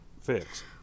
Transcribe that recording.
fix